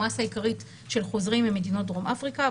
המסה העיקרית של חוזרים היא ממדינות בדרום אפריקה,